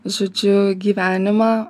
žodžiu gyvenimą